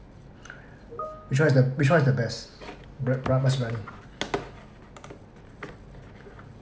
which one is the which one is the best nasi briyani